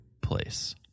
place